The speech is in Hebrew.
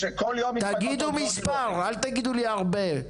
תגידו מספר, אל תגידו לי הרבה.